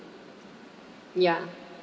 ya